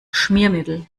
schmiermittel